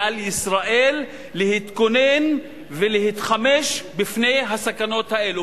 ואמרת שעל ישראל להתכונן ולהתחמש בפני הסכנות האלו.